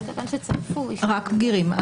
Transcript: רק בגירים,